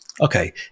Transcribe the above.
Okay